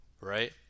right